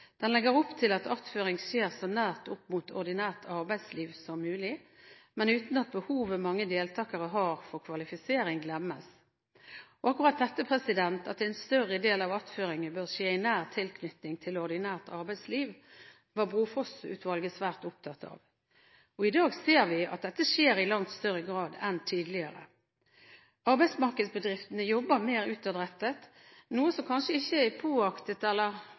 Den legger opp til at attføring skjer så nært opp mot ordinært arbeidsliv som mulig, men uten at behovet mange deltakere har for kvalifisering, glemmes. Akkurat det at en større del av attføringen bør skje i nær tilknytning til ordinært arbeidsliv, var Brofoss-utvalget svært opptatt av. I dag ser vi at dette skjer i langt større grad enn tidligere. Arbeidsmarkedsbedriftene jobber mer utadrettet, noe som kanskje ikke er